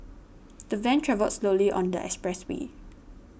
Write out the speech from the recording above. the van travelled slowly on the expressway